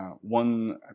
one